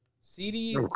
CD